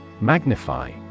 Magnify